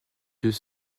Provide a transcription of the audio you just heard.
deux